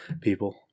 people